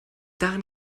darin